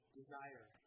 desire